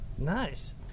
Nice